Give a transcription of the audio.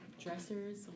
dressers